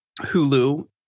Hulu